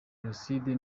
jenoside